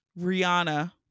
Rihanna